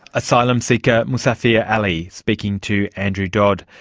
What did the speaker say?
asylum seeker muzaffer yeah ali speaking to andrew dodd.